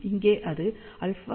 இங்கே அது α 12